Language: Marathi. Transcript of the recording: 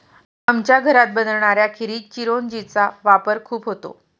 आमच्या घरात बनणाऱ्या खिरीत चिरौंजी चा वापर खूप होतो